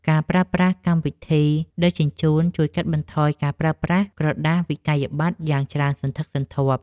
ការប្រើប្រាស់កម្មវិធីដឹកជញ្ជូនជួយកាត់បន្ថយការប្រើប្រាស់ក្រដាសវិក្កយបត្រយ៉ាងច្រើនសន្ធឹកសន្ធាប់។